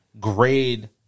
grade